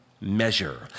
measure